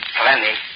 plenty